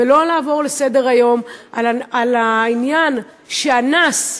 ולא לעבור לסדר-היום על העניין שאנס,